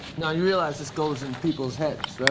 now, you realize this goes in people's heads, right?